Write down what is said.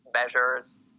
measures